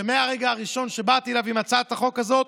שמהרגע הראשון שבאתי אליו עם הצעת החוק הזאת